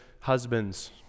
husbands